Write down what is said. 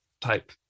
type